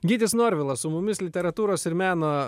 gytis norvilas su mumis literatūros ir meno